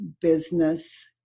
business